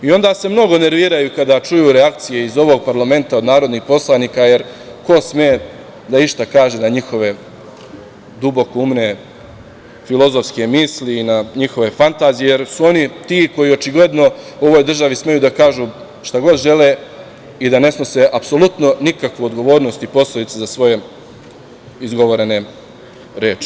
I onda se mnogo nerviraju kada čuju reakcije iz ovog parlamenta od narodnih poslanika, jer ko sme išta da kaže za njihove dubokoumne filozofske misli i na njihove fantazije, jer su oni ti koji očigledno u ovoj državi smeju da kažu šta god žele i da ne snose apsolutno nikakvu odgovornost i posledice za svoje izgovorene reči.